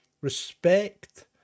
respect